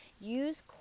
use